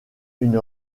une